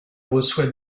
reçoit